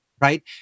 right